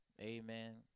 Amen